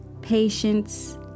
patience